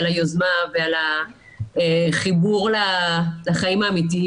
על היוזמה ועל החיבור לחיים האמיתיים,